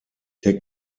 der